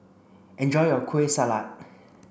enjoy your Kueh Salat